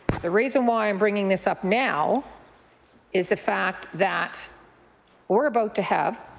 but the reason why i'm bringing this up now is the fact that we're about to have,